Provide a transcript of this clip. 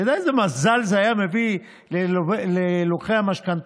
אתה יודע איזה מזל זה היה מביא ללוקחי המשכנתאות,